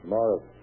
Morris